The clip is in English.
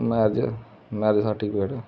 marriage marriage certificate